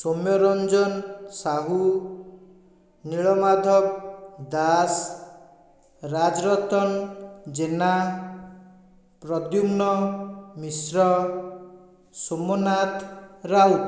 Soumyaranjan Sahu Nilamadhab Das Raj Ratan Jena Pradyumna Mishra Somnath Raut